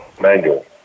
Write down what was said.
manual